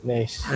Nice